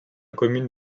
commune